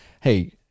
Hey